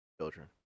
children